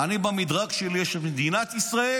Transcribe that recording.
במדרג שלי, יש את מדינת ישראל